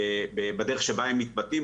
בדרך שבה הם מתבטאים,